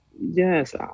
Yes